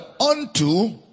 unto